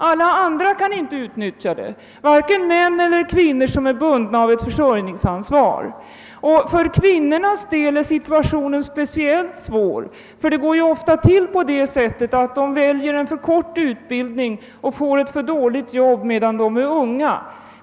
Ingen annan kan utnyttja dessa studier, varken män eller kvinnor som är bundna av ett för För kvinnornas del är situationen speciellt svår. Det går nämligen ofta till på det sättet att de väljer en för kort utbildning och får ett för dåligt arbete medan de är unga.